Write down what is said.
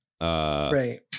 Right